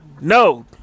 No